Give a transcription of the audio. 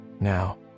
now